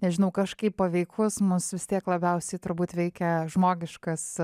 nežinau kažkaip paveikus mus vis tiek labiausiai turbūt veikia žmogiškas